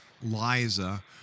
liza